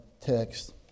text